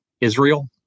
Israel